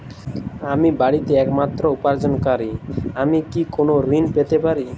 আমি বাড়িতে একমাত্র উপার্জনকারী আমি কি কোনো ঋণ পেতে পারি?